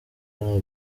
ntaho